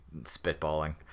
spitballing